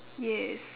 yes